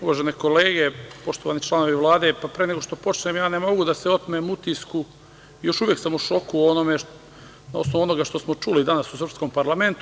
Uvažene kolege, poštovani članovi Vlade, pre nego što počne, ne mogu da se otmem utisku, još uvek sam u šoku na osnovu onoga što smo čuli danas u srpskom parlamentu.